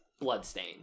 bloodstain